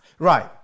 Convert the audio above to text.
Right